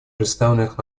представленных